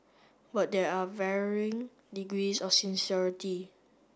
but there are varying degrees of sincerity